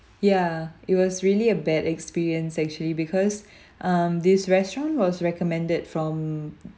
ya it was really a bad experience actually because um this restaurant was recommended from